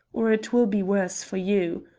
or it will be worse for you.